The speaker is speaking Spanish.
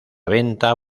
venta